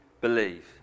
believe